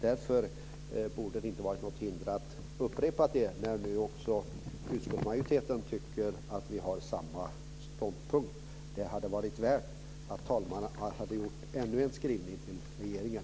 Därför borde det inte vara något hinder att upprepa det när nu också utskottsmajoriteten tycker att vi har samma ståndpunkt. Det hade varit värt att talmannen hade gjort ännu en skrivning till regeringen.